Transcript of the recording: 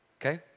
okay